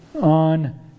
on